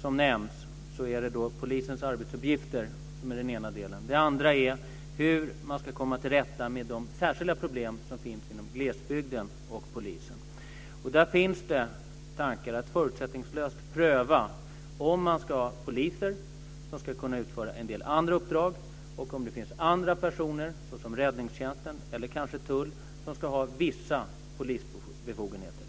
som nämns är polisens arbetsuppgifter den ena delen. Den andra är hur man ska komma till rätta med de särskilda problem som finns i glesbygden för polisen. Där finns tanken att förutsättningslöst pröva om poliser ska kunna utföra en del andra uppdrag och om andra personer, såsom inom räddningstjänsten eller tullen, ska kunna ha vissa polisbefogenheter.